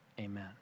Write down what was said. amen